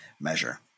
measure